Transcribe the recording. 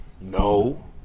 No